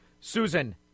Susan